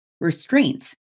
restraint